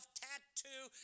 tattoo